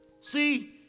See